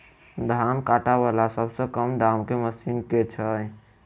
धान काटा वला सबसँ कम दाम केँ मशीन केँ छैय?